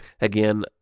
Again